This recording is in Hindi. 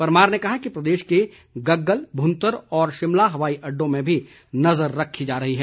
परमार ने कहा कि प्रदेश के गग्गल भुंतर और शिमला हवाई अड्डों में भी नजर रखी जा रही है